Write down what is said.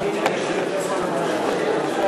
לדיון מוקדם בוועדה שתקבע ועדת הכנסת נתקבלה.